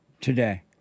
today